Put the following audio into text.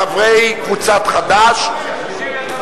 אנחנו עוברים לסעיף תקציבי 98,